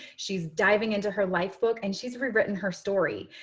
she's diving into her lifebook and she's written her story.